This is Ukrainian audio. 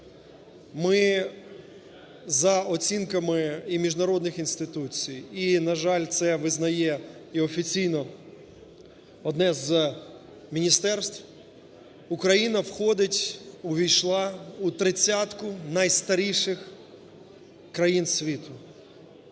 Ми за оцінками і міжнародних інституцій, і, на жаль, це визнає і офіційно одне з міністерств, Україна входить, увійшла у тридцятку найстаріших країн світу.